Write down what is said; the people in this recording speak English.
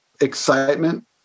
excitement